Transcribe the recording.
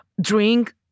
drink